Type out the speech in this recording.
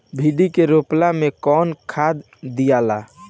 भिंदी के रोपन मे कौन खाद दियाला?